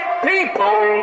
people